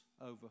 over